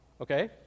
Okay